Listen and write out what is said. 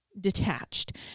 detached